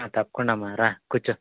ఆ తప్పకుండా అమ్మ రా కూర్చో